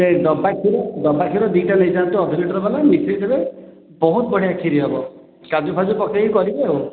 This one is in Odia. ସେଇ ଡ଼ବା ଡ଼ବା କ୍ଷୀର ଦୁଇ ଟା ନେଇଯାଆନ୍ତୁ ଅଧ ଲିଟର ବାଲା ମିଶେଇ ଦେବେ ବହୁତ ବଢ଼ିଆ ଖିରି ହେବ କାଜୁ ଫାଜୁ ପକେଇକି କରିବେ ଆଉ